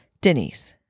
Denise